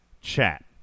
chat